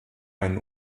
einen